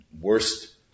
worst